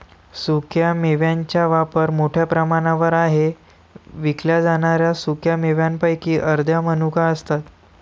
सुक्या मेव्यांचा वापर मोठ्या प्रमाणावर आहे विकल्या जाणाऱ्या सुका मेव्यांपैकी अर्ध्या मनुका असतात